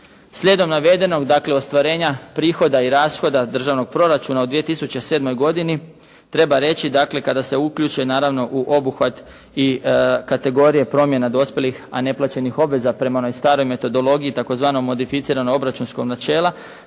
Slijedom navedenog dakle ostvarenja prihoda i rashoda državnog proračuna u 2007. godini treba reći dakle kada se uključe naravno u obuhvat i kategorije promjena dospjelih, a neplaćenih obveza prema onoj staroj metodologiji tzv. modificiranog obračunskog načela